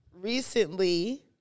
recently